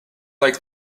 like